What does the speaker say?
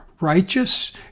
righteous